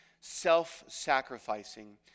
Self-sacrificing